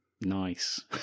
nice